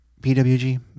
PWG